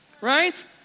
Right